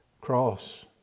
cross